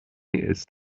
ist